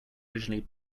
originally